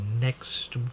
next